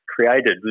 created